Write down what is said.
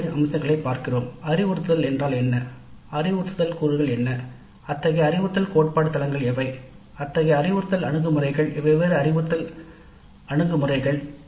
அறிவுறுத்தலின் அம்சங்களைப் பார்க்கிறோம் அறிவுறுத்தல் என்றால் என்ன அறிவுறுத்தல் கூறுகள் என்ன அத்தகைய அறிவுறுத்தல் கோட்பாட்டு தளங்கள் எவை அத்தகைய அறிவுறுத்தல் அணுகுமுறைகள் வெவ்வேறு அறிவுறுத்தல் அணுகுமுறைகள்